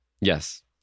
Yes